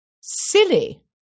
Silly